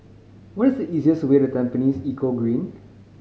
what is the easiest way to Tampines Eco Green